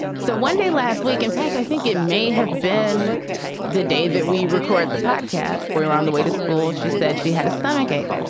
so one day last week, in fact, i think it may have been the day that we record the podcast we were on the way to school. she said she had a stomach ache.